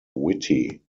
witty